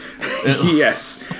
Yes